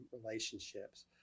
relationships